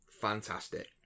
fantastic